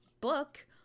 Book